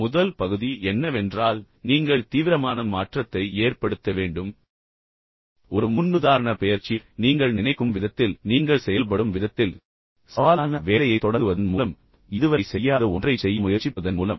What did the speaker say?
முதல் பகுதி என்னவென்றால் நீங்கள் தீவிரமான மாற்றத்தை ஏற்படுத்த வேண்டும் அதாவது நீங்கள் ஒரு மாற்றுதலை செய்ய வேண்டும் ஒரு முன்னுதாரண பெயர்ச்சி நீங்கள் நினைக்கும் விதத்தில் நீங்கள் செயல்படும் விதத்தில் சவாலான வேலையை தொடங்குவதன் மூலம் நீங்கள் இதுவரை செய்யாத ஒன்றைச் செய்ய முயற்சிப்பதன் மூலம்